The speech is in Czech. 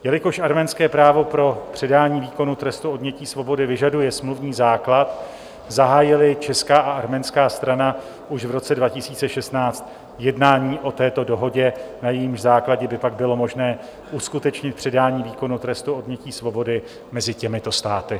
Jelikož arménské právo pro předání výkonu trestu odnětí svobody vyžaduje smluvní základ, zahájily česká a arménská strana už v roce 2016 jednání o této dohodě, na jejímž základě by pak bylo možné uskutečnit předání výkonu trestu odnětí svobody mezi těmito státy.